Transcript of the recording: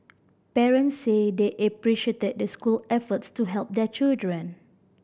parents said they appreciated the school efforts to help their children